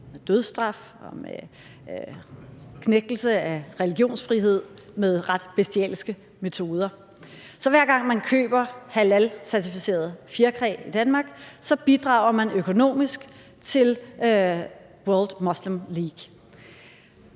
dødsstraf og med knægtelse af religionsfriheden med ret bestialske metoder. Så hver gang man køber halalcertificeret fjerkræ i Danmark, bidrager man økonomisk til Muslim World League.